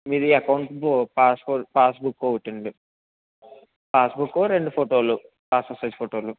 మీది account passbook ఒకటి అండి పాస్బుక్ రెండు ఫోటోలు పాస్పోర్ట్ సైజ్ ఫోటోలు